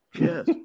Yes